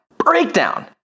breakdown